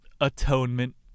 atonement